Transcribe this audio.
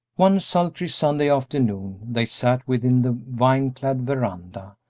one sultry sunday afternoon they sat within the vine-clad veranda,